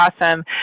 awesome